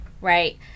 right